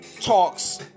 talks